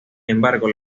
embargo